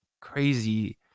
crazy